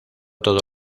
todos